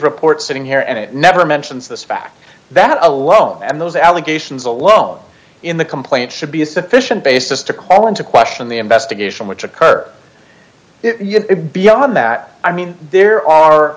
report sitting here and it never mentions this fact that alone and those allegations alone in the complaint should be a sufficient basis to call into question the investigation which occur beyond that i mean there are